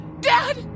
Dad